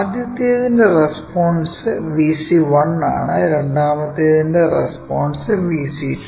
ആദ്യത്തേതിന്റെ response VC1 ആണ് രണ്ടാമത്തേതിന്റെ response Vc2